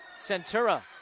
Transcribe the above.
Centura